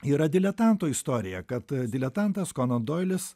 yra diletanto istorija kad diletantas konan doilis